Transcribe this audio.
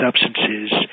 substances